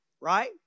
right